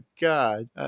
god